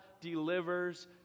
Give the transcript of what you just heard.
delivers